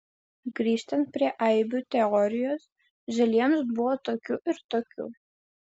grįžtant prie aibių teorijos žaliems buvo tokių ir tokių